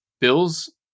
Bills